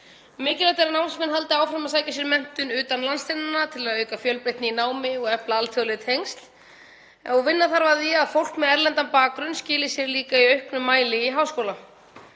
Mikilvægt er að námsmenn haldi áfram að sækja sér menntun utan landsteinanna til að auka fjölbreytni í námi og efla alþjóðleg tengsl. Vinna þarf að því að fólk með erlendan bakgrunn skili sér líka í auknum mæli í háskóla.